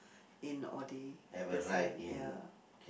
in audi that's why ya